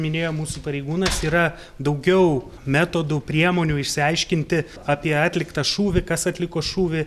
minėjo mūsų pareigūnas yra daugiau metodų priemonių išsiaiškinti apie atliktą šūvį kas atliko šūvį